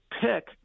pick